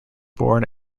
born